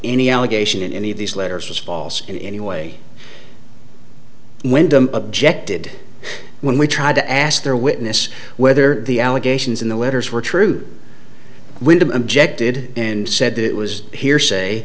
any allegation in any of these letters was false in any way wyndham objected when we tried to ask their witness whether the allegations in the letters were true windham objected and said it was hearsay